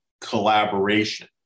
collaboration